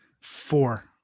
Four